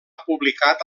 publicat